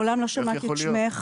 מעולם לא שמעתי את שמך.